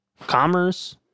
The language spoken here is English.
Commerce